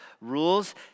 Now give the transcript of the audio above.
Rules